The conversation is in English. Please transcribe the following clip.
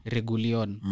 Regulion